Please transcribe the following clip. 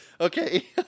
Okay